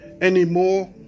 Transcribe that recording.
anymore